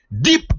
deep